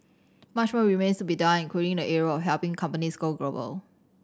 much more remains to be done including in the area of helping companies go global